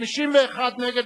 51 נגד,